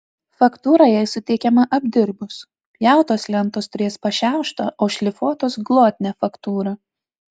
faktūra jai suteikiama apdirbus pjautos lentos turės pašiauštą o šlifuotos glotnią faktūrą